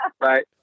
Right